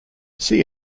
see